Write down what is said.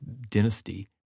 dynasty